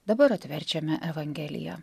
dabar atverčiame evangeliją